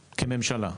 כממשלה,